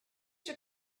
your